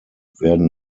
werden